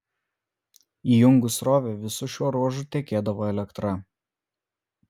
įjungus srovę visu šiuo ruožu tekėdavo elektra